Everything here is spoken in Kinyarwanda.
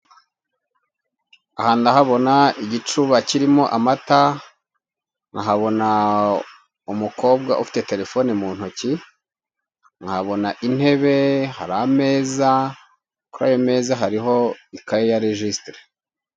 Aha ndahabona igicuba kirimo amata, nkahanona umukobwa ufite telefone mu ntoki, nkahabona intebe, hari ameza, kuri ayo meza hariho ikaye ya rejisitire.